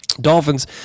Dolphins